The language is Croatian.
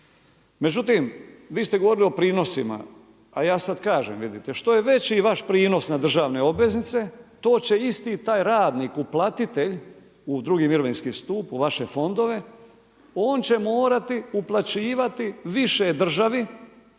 Međutim, vi ste govorili o prinosima, a ja sad kažem vidite, što je veći vaš prinos na državne obveznice, to će isti taj radnik uplatitelj u drugi mirovinski stup u vaše fondove, on će morati uplaćivati više državi